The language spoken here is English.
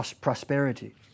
prosperity